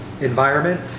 environment